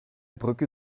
brücke